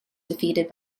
defeated